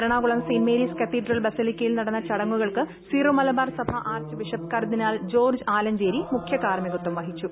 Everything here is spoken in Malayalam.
എറണാകുളം സെന്റ് മേരീസ് കത്തീഡ്രൽ ബസലിക്കയിൽ നടന്ന ചടങ്ങുകൾക്ക് സിറോ മലബാർ സഭാ ആർച്ച് ബിഷപ്പ് കർദിനാൾ ജോർജ്ജ് ആലഞ്ചേരി മുഖ്യ കാർമികത്വം വഹിച്ചു